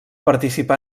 participà